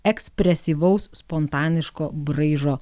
ekspresyvaus spontaniško braižo